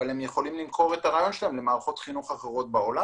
אבל הם יכולים למכור את הרעיון שלהם למערכות חינוך אחרות בעולם.